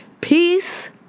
Peace